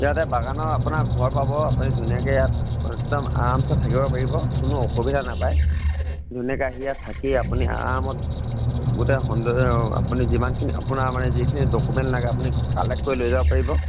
ইয়াতে বাগানৰ আপোনাৰ ঘৰ পাব আপুনি ধুনীয়াকৈ ইয়াত একদম আৰামছে থাকিব পাৰিব কোনো অসুবিধা নাপায় ধুনীয়াকৈ আহি ইয়াত থাকি আপুনি আৰামত গোটেই আপুনি যিমান আপোনাৰ মানে যিখিনি ডকুমেণ্ট লাগে আপুনি কালেক্ট কৰি লৈ যাব পাৰিব